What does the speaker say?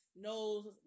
knows